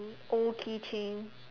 old keychain